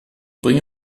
bringe